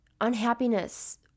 unhappiness